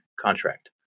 contract